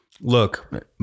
look